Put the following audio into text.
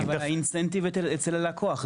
אבל האינסנטיב אצל הלקוח.